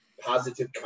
positive